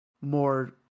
more